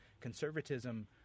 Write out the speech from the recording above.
conservatism